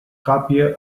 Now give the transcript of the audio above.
còpia